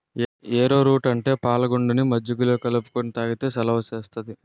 ఏరో route అంటే పాలగుండని మజ్జిగలో కలుపుకొని తాగితే సలవ సేత్తాది